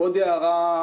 עוד הערה,